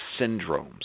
syndromes